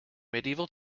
medieval